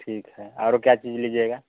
ठीक है और क्या चीज़ लीजिएगा